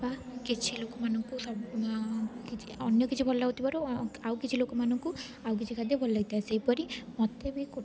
ବା କିଛି ଲୋକମାନଙ୍କୁ କିଛି ଅନ୍ୟ କିଛି ଭଲ ଲାଗୁଥିବାରୁ ଆଉ କିଛି ଲୋକମାନଙ୍କୁ ଆଉ କିଛି ଖାଦ୍ୟ ଭଲ ଲାଗିଥାଏ ସେହିପରି ମୋତେ ବି